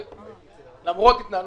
ראשית,